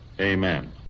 Amen